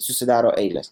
susidaro eilės